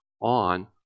on